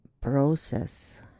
process